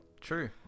True